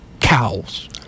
cows